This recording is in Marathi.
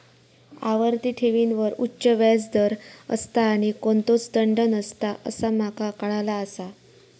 आवर्ती ठेवींवर उच्च व्याज दर असता आणि कोणतोच दंड नसता असा माका काळाला आसा